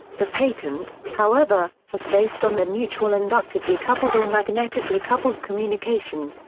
the patent, however, was based on the mutual-inductively coupled or magnetically coupled communication.